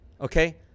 okay